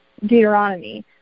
Deuteronomy